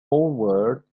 foreword